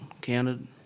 counted